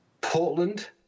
Portland